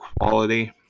quality